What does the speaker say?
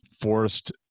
forced